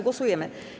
Głosujemy.